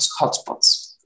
hotspots